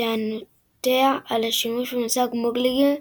טענותיה על השימוש במושג "מוגלגים"